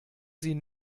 sie